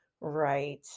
Right